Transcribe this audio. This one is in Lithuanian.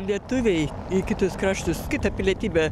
lietuviai į kitus kraštus kitą pilietybę